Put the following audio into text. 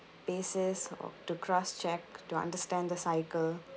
basis o~ to cross-check to understand the cycle